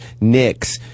Knicks